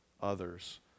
others